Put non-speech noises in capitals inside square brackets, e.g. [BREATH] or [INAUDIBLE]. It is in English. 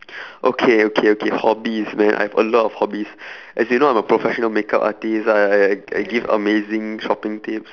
[BREATH] okay okay okay hobbies man I have a lot of hobbies [BREATH] as in you know I'm a professional makeup artist I I I give amazing shopping tips